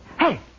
Hey